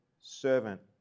servant